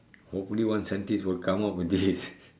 hopefully one scientist will come out with this